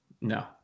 no